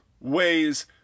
ways